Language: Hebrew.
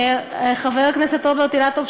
חבר הכנסת רוברט אילטוב,